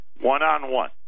one-on-one